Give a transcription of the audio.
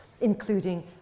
including